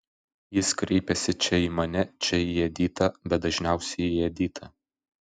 jis kreipiasi čia į mane čia į editą bet dažniausiai į editą